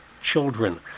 children